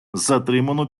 затримано